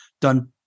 done